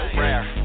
rare